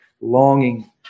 longing